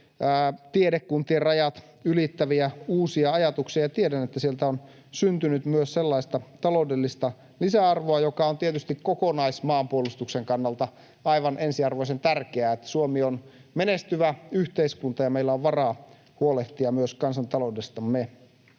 tiedekuntien rajat ylittäviä uusia ajatuksia. Ja tiedän, että sieltä on syntynyt myös sellaista taloudellista lisäarvoa, joka on tietysti kokonaismaanpuolustuksen kannalta aivan ensiarvoisen tärkeää siinä, että Suomi on menestyvä yhteiskunta ja meillä on varaa huolehtia myös kansantaloudestamme.